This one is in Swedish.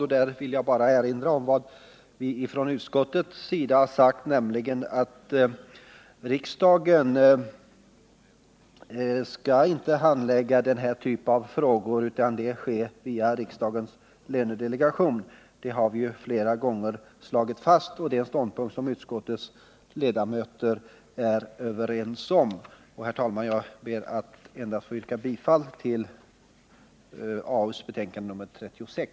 Jag vill i det sammanhanget bara erinra om vad vi har sagt från utskottets sida, nämligen att riksdagen inte skall handlägga denna typ av frågor utan att frågorna skall handläggas av riksdagens lönedelegation. Det har vi slagit fast flera gånger, och det är en ståndpunkt som utskottets ledamöter är överens om. Herr talman! Jag ber endast att få yrka bifall till hemställan i arbetsmarknadsutskottets betänkande nr 36.